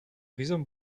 rhizome